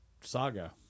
saga